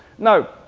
now,